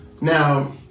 Now